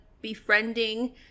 befriending